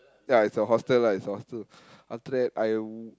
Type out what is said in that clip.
ya it's a hostel lah it's a hostel after that I